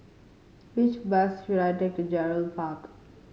which bus should I take to Gerald Park